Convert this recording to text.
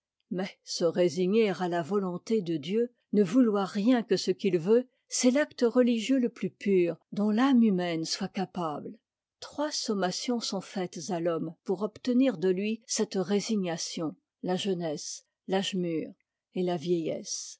se résigner à la volonté de dieu ne vouloir rien que ce qu'il veut c'est l'acte religieux le plus pur dont l'âme humaine soit capable trois sommations sont faites à l'homme pour obtenir de lui cette résignation la jeunesse l'âge mûr et la vieillesse